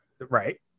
right